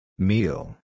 Meal